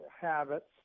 habits